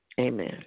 Amen